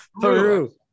Peru